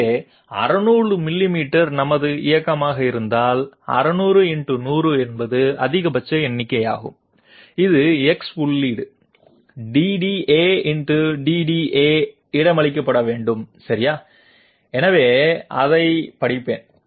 எனவே 600 மில்லிமீட்டர் நமது இயக்கமாக இருந்தால் 600 ×100 என்பது அதிகபட்ச எண்ணிக்கையாகும் இது X உள்ளீடு DDA X DDA இடமளிக்கப்பட வேண்டும் சரியா எனவே அதைப் படிப்பேன்